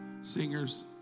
singers